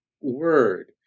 word